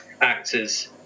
actors